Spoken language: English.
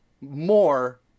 more